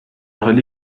حالی